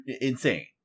Insane